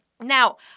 Now